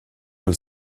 alla